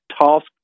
task